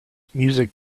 music